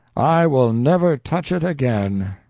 i will never touch it again!